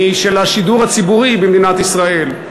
היא של השידור הציבורי במדינת ישראל.